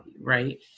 right